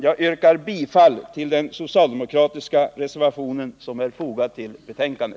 Jag yrkar bifall till den socialdemokratiska reservation som är fogad vid detta betänkande.